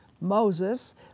Moses